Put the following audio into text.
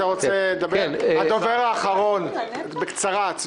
הדובר האחרון, בקצרה.